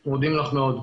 אנחנו מודים לך מאוד.